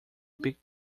pick